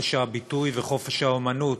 חופש הביטוי וחופש האמנות